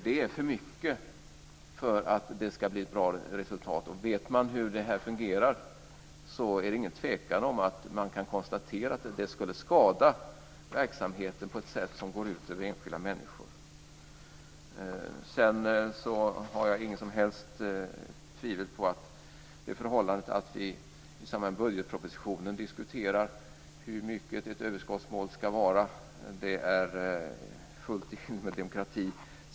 Det är för mycket för att det ska bli ett bra resultat. Vet man hur det här fungerar kan man utan tvivel konstatera att det skulle skada verksamheten på ett sätt som går ut över enskilda människor. Jag tvivlar inte alls på att det förhållandet att vi i samband med budgetpropositionen diskuterar hur mycket ett överskottsmål ska vara är fullt i enlighet med demokrati.